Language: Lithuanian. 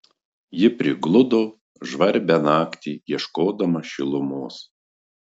ji prigludo žvarbią naktį ieškodama šilumos